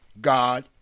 God